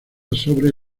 sobre